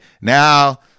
now